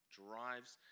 drives